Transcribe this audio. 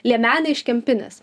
liemenė iš kempinės